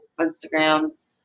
Instagram